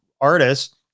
artists